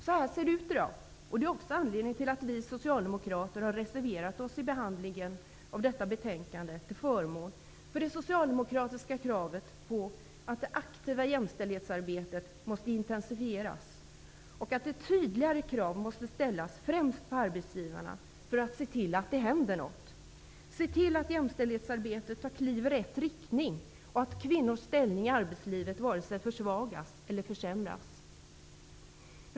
Så här ser det ut i dag, och det är också anledningen till att vi socialdemokrater har reserverat oss i behandlingen av detta betänkande till förmån för det socialdemokratiska kravet på att det aktiva jämställdhetsarbetet måste intensifieras och att ett tydligare krav måste ställas främst på arbetsgivarna för att se till att det händer något. Se till att jämställdhetsarbetet tar kliv i rätt riktning och att kvinnors ställning i arbetslivet varken försvagas eller försämras!